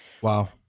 Wow